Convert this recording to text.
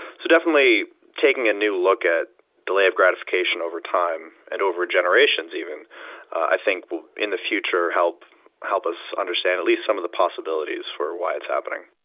so definitely taking a new look at delay of gratification over time and over generations even i think will in the future help help us understand at least some of the possibilities for why it's happening.